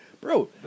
Bro